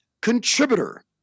contributor